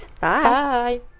Bye